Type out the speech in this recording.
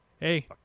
Hey